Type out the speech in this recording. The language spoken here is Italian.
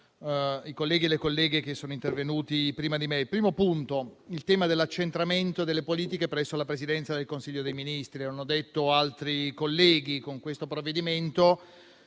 i colleghi e le colleghe intervenuti prima di me. Il primo punto è il tema dell'accentramento delle politiche presso la Presidenza del Consiglio dei ministri. Come hanno detto altri colleghi, con questo provvedimento